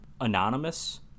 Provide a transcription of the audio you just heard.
anonymous